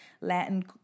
latin